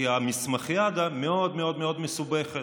כי המסמכיאדה מאוד מאוד מסובכת,